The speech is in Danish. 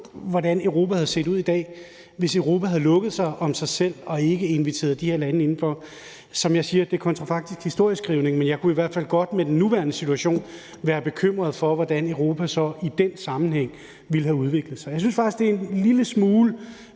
hvordan Europa havde set ud i dag, hvis Europa havde lukket sig om sig selv og ikke inviteret de her lande indenfor. Som jeg siger, er det kontrafaktisk historieskrivning, men jeg kunne i hvert fald godt med den nuværende situation være bekymret for, hvordan Europa så i den sammenhæng ville have udviklet sig. Jeg synes faktisk, det er en lille smule